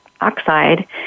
oxide